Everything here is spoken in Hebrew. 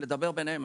לדבר ביניהם,